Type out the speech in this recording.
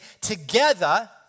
together